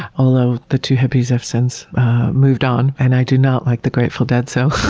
although the two hippies have since moved on, and i do not like the grateful dead. so